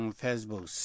facebook